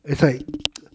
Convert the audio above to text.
it's like